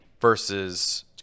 versus